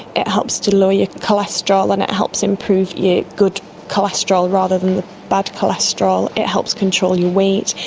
it helps to lower your cholesterol and it helps improve your good cholesterol rather than the bad cholesterol, it helps control your weight,